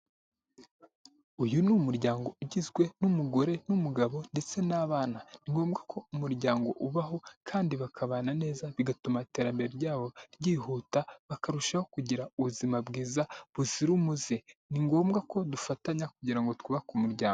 Uyu ni umuryango ugizwe n'umugore n'umugabo ndetse n'abana, ni ngombwa ko umuryango ubaho kandi bakabana neza bigatuma iterambere ryawo ryihuta, bakarushaho kugira ubuzima bwiza buzira umuze, ni ngombwa ko dufatanya kugira ngo twubake umuryango.